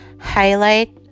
highlight